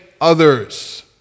others